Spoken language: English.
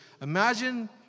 Imagine